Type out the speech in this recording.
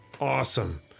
Awesome